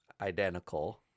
identical